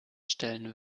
stellen